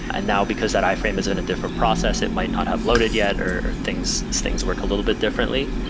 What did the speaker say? and now because that iframe is in a different process, it might not have loaded yet, or things things work a little bit differently.